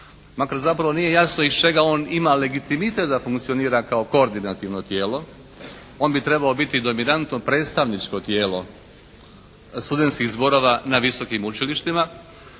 makar zapravo nije jasno iz čega on ima legitimitet da funkcionira kao koordinativno tijelo. On bi trebao biti dominantno predstavničko tijelo studentskih zborova na visokim učilištima.